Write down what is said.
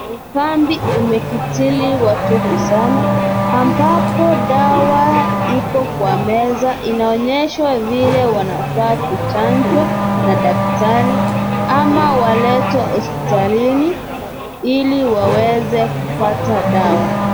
Ukambi umekitili watupu sana ambapo dawa ipo kwa meza inaonyesha vile wanafaa kuchanjwa na daktari ama waletwe hospitalini ili waweze kupata dawa.